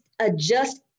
adjust